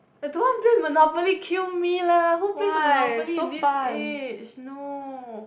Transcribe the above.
I don't want play Monopoly kill me lah who plays Monopoly in this age no